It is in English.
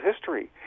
history